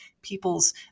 people's